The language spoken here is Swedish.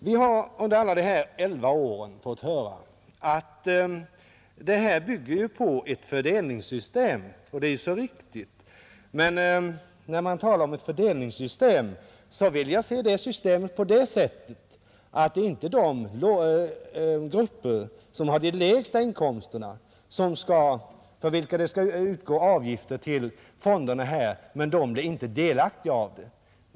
Vi har under alla de elva åren fått höra att ATP bygger på ett fördelningssystem, och det är så riktigt. Men skall man tala om ett fördelningssystem vill jag inte ha det systemet uppbyggt på det sättet att det för de grupper som har de lägsta inkomsterna skall utgå avgifter till fonderna utan att de blir delaktiga av dem.